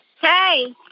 Hey